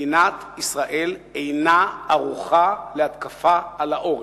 מדינת ישראל אינה ערוכה להתקפה על העורף.